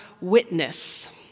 witness